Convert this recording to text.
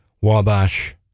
Wabash